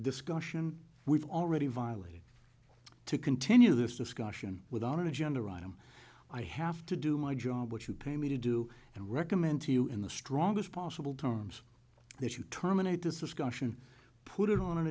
discussion we've already violated to continue this discussion without an agenda or i am i have to do my job what you pay me to do and recommend to you in the strongest possible terms that you terminate this discussion put it on an